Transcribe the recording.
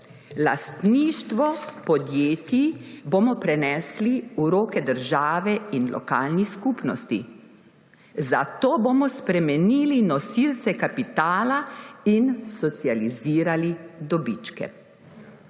»Lastništvo podjetij bomo prenesli v roke države in lokalnih skupnosti, zato bomo spremenili nosilce kapitala in socializirali dobičke.«?